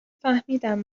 فهمیدم